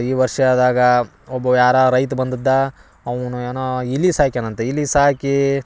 ಈ ವರ್ಷದಾಗ ಒಬ್ಬ ಯಾರು ರೈತ ಬಂದಿದ್ದು ಅವ್ನು ಏನೋ ಇಲಿ ಸಾಕ್ಯಾನ ಅಂತೆ ಇಲಿ ಸಾಕಿ